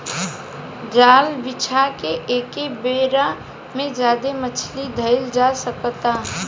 जाल बिछा के एके बेरा में ज्यादे मछली धईल जा सकता